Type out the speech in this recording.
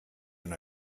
and